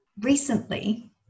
recently